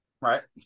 Right